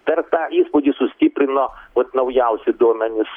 per tą įspūdį sustiprino vat naujausi duomenys